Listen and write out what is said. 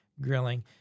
Grilling